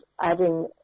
adding